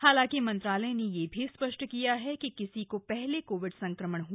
हालांकि मंत्रालय ने यह भी स्पष्ट किया कि किसी को पहले कोविड संक्रमण हैं